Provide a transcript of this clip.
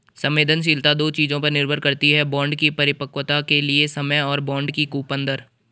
संवेदनशीलता दो चीजों पर निर्भर करती है बॉन्ड की परिपक्वता के लिए समय और बॉन्ड की कूपन दर